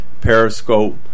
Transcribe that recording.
Periscope